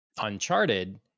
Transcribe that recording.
Uncharted